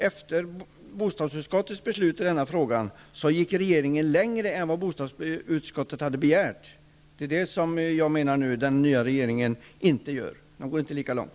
Efter bostadsutskottets beslut i frågan, gick den tidigare regeringen längre än vad bostadsutskottet begärde. Den nya regeringen går inte lika långt.